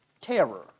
terror